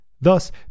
Thus